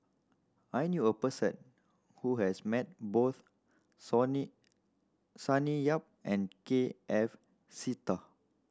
I knew a person who has met both Sony Sonny Yap and K F Seetoh